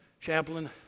chaplain